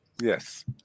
Yes